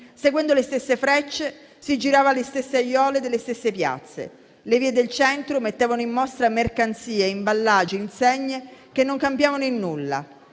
Seguendo le stesse frecce si girava le stesse aiole delle stesse piazze. Le vie del centro mettevano in mostra mercanzie imballaggi insegne che non cambiavano in nulla.